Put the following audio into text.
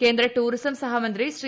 കേന്ദ്ര ടൂറിസം സഹമന്ത്രി ശ്രീ